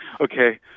okay